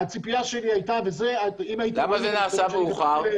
הציפייה שלי הייתה --- למה זה נעשה מאוחר?